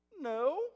No